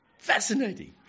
Fascinating